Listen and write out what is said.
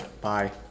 Bye